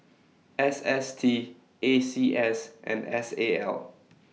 S S T A C S and S A L